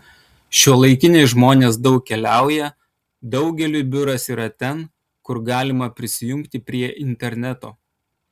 šiuolaikiniai žmonės daug keliauja daugeliui biuras yra ten kur galima prisijungti prie interneto